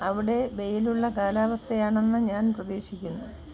അവിടെ വെയിലുള്ള കാലാവസ്ഥയാണെന്ന് ഞാൻ പ്രതീക്ഷിക്കുന്നു